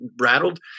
rattled